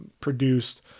produced